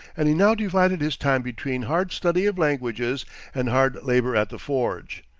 and he now divided his time between hard study of languages and hard labor at the forge.